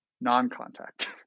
non-contact